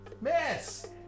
Miss